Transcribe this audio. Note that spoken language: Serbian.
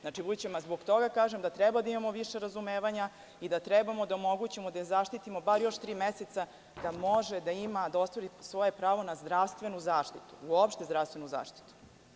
Zbog toga kažem da trebamo da imamo više razumevanja i da trebamo da omogućimo da je zaštitimo bar još tri meseca, da može da ostvari svoje pravo na zdravstvenu zaštitu, uopšte zdravstvenu zaštitu.